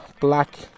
black